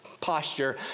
posture